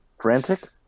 frantic